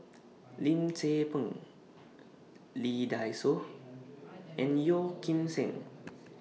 Lim Tze Peng Lee Dai Soh and Yeoh Ghim Seng